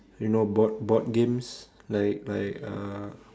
you know board board games like like uh